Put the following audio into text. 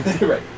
Right